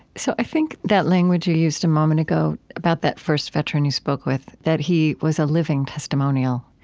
so i think that language you used a moment ago about that first veteran you spoke with, that he was a living testimonial